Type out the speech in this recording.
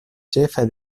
ĉefe